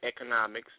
economics